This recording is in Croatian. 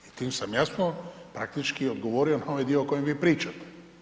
I time sam jasno praktički odgovorio na ovaj dio o kojem vi pričate.